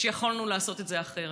ויכולנו לעשות את זה אחרת.